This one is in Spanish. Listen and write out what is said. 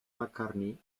mccartney